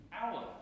hour